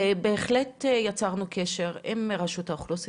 ובהחלט יצרנו קשר עם רשות האוכלוסין.